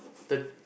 third